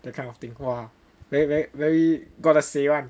that kind of thing !wah! very very very gotta say [one]